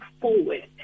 forward